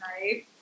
right